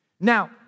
Now